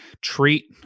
treat